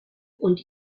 und